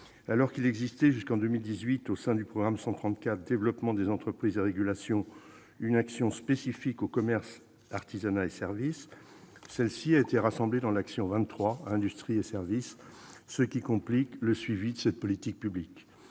Alors qu'il existait jusqu'en 2018, au sein du programme 134, « Développement des entreprises et régulation », une action spécifique « commerce, artisanat et services », celle-ci a été rassemblée dans l'action n° 23, Industrie et services, ce qui complique le suivi de cette politique publique.